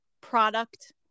product